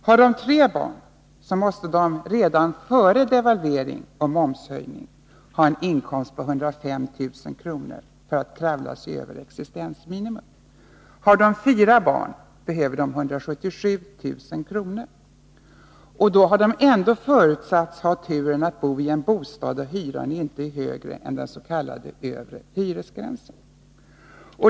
Har de tre barn måste de redan före devalvering och momshöjning ha en inkomst på 105 000 kr. för att kravla sig över existensminimum. Har de fyra barn behöver de 177 000 kr., och då har de ändå förutsatts ha turen att bo i en bostad där hyran inte är högre än den s.k. övre hyresgränsen.